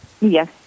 Yes